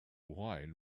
wine